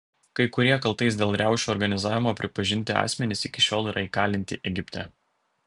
kai kurie kaltais dėl riaušių organizavimo pripažinti asmenys iki šiol yra įkalinti egipte